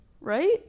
Right